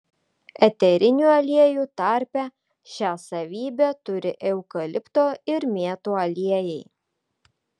eterinių aliejų tarpe šią savybę turi eukalipto ir mėtų aliejai